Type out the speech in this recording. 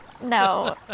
no